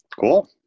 Cool